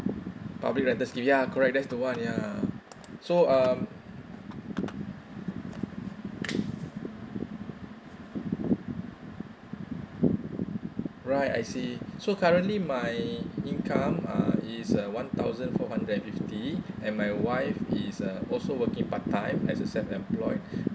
public rental scheme ya correct that's the one yeah so um right I see so currently my income uh is uh one thousand four hundred and fifty and my wife is uh also working part time as a self employed